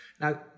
Now